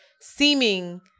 seeming